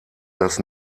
das